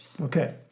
Okay